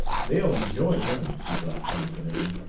they'll enjoy him, she thought confidently.